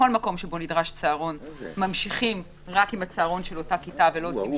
בכל מקום שבו נדרש צהרון ממשיכים רק עם הצהרון של אותה כיתה ולא עושים